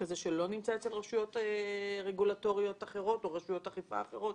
כזה שלא נמצא אצל רשויות רגולטוריות אחרות או רשויות אכיפה אחרות,